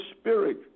Spirit